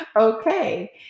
Okay